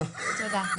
תודה.